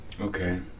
Okay